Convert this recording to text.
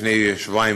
לפני שבועיים,